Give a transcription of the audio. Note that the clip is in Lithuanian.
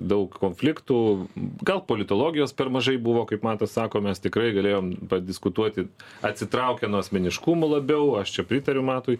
daug konfliktų gal politologijos per mažai buvo kaip matas sako mes tikrai galėjom padiskutuoti atsitraukę nuo asmeniškumų labiau aš čia pritariu matui